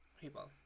people